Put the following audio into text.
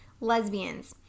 Lesbians